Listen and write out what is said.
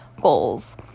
goals